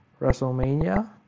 wrestlemania